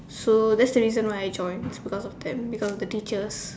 so that's the reason why I joined it's because of them because of the teachers